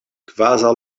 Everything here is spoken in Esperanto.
kvazaŭ